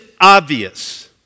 obvious